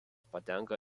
patenka